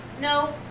No